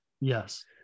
Yes